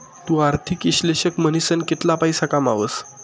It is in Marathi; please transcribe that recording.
तु आर्थिक इश्लेषक म्हनीसन कितला पैसा कमावस